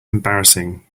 embarrassing